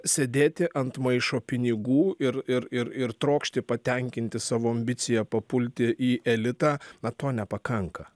sėdėti ant maišo pinigų ir ir ir ir trokšti patenkinti savo ambiciją papulti į elitą na to nepakanka